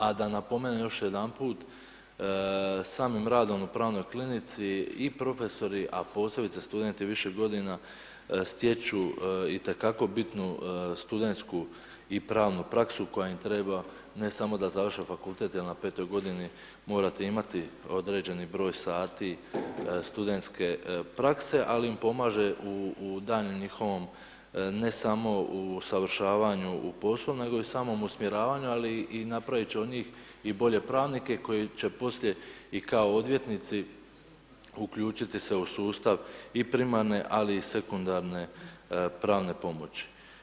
A da napomenem još jedanput, samim radom u pravnoj klinici i profesori a posebice studenti više godina stječu itekako bitnu studentsku i pravnu praksu koja im treba ne samo da završe fakultet jer na 5.-oj godini morate imati određeni broj sati studentske prakse ali im pomaže u daljnjem njihovom, ne samo usavršavanju u poslu nego i samom usmjeravanju ali i napraviti će od njih i bolje pravnike koji će poslije i kao odvjetnici uključiti se u sustav i primarne ali i sekundarne pravne pomoći.